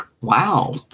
Wow